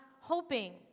hoping